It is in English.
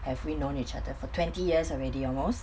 have we known each other for twenty years already almost